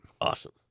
Awesome